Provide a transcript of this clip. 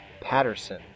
Patterson